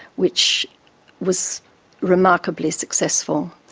which was remarkably successful.